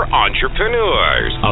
entrepreneurs